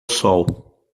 sol